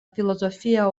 filozofia